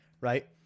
right